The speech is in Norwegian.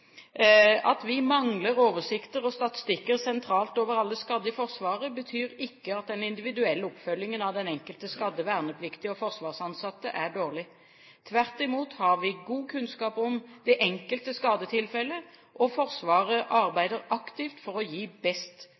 At vi mangler oversikter og statistikker sentralt over alle skadde i Forsvaret, betyr ikke at den individuelle oppfølgingen av den enkelte skadde vernepliktige og forsvarsansatte er dårlig. Tvert imot har vi god kunnskap om det enkelte skadetilfellet, og Forsvaret arbeider aktivt for å gi best